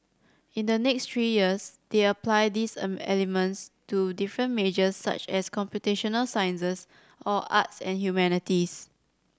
in the next three years they apply these elements to different majors such as computational sciences or arts and humanities